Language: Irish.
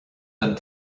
don